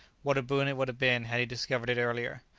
what a boon it would have been had he discovered it earlier!